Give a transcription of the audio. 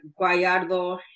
Guayardo